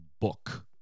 book